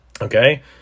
Okay